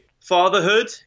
Fatherhood